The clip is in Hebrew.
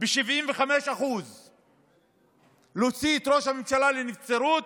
ב-75% להוציא את ראש הממשלה לנבצרות,